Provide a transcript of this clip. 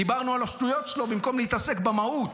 דיברנו על השטויות שלו במקום להתעסק במהות.